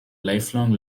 lifelong